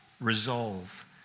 resolve